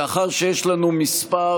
מאחר שיש לנו מספר